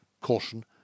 Caution